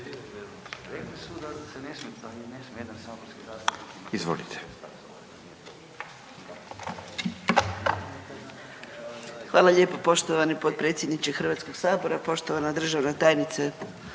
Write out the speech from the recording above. Hvala lijepo. Poštovani potpredsjedniče HS-a, poštovana državna tajnice